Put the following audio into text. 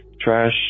trash